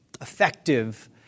effective